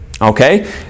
Okay